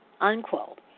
unquote